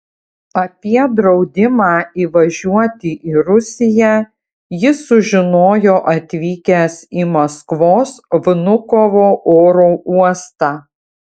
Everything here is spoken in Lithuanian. apie draudimą įvažiuoti į rusiją jis sužinojo atvykęs į maskvos vnukovo oro uostą